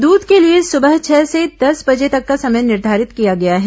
दूध के लिए सुबह छह से दस बर्जे तक का समय निर्धारित किया गया है